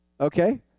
Okay